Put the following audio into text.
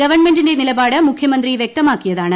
ഗവൺമെന്റിന്റെ നിലപാട് മുഖ്യമന്ത്രി വ്യക്തമാക്കിയതാണ്